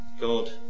God